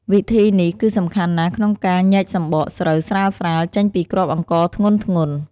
វិធីនេះគឺសំខាន់ណាស់ក្នុងការញែកសម្បកស្រូវស្រាលៗចេញពីគ្រាប់អង្ករធ្ងន់ៗ។